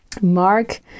Mark